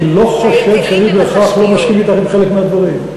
אני לא חושב שאני בהכרח לא מסכים אתך עם חלק מהדברים.